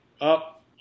up